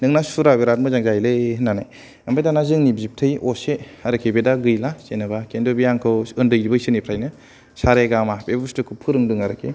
नोंना सुरा बेराद मोजां जायोलै होननानै आमफ्राय दाना जोंनि बिबथै असे आरखि बे दा गैला जेनावबा खिन्थु बे आंखौ उन्दै बैसोनिफ्रायनो सारेगामा बे बुस्थुखौ फोरोंदों आरखि